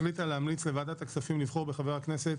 החליטה להמליץ לוועדת הכספים לבחור בחבר הכנסת